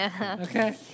okay